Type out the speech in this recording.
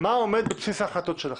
מה עומד בבסיס ההחלטות שלכם.